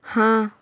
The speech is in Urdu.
ہاں